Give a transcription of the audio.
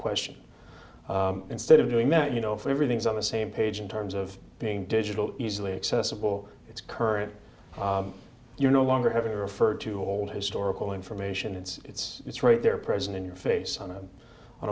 question instead of doing that you know if everything's on the same page in terms of being digital easily accessible it's current you no longer having to refer to old historical information it's it's it's right there present in your face on a on